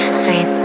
sweet